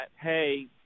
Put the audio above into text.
hey